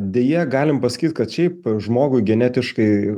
deja galim pasakyt kad šiaip žmogui genetiškai